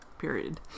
period